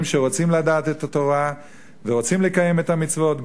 שרוצים לדעת את התורה ורוצים לקיים את המצוות,